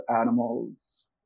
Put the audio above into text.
animals